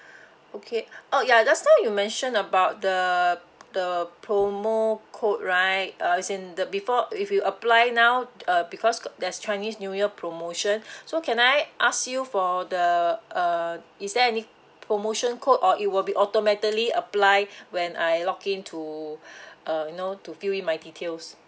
okay oh ya just now you mentioned about the the promo code right uh as in the before if you apply now uh because there's chinese new year promotion so can I ask you for the uh is there any promotion code or it will be automatically apply when I log in to uh you know to fill in my details